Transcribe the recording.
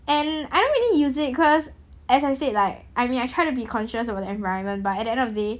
and I don't really use it because as I said like I mean I try to be conscious about the environment but at end of the day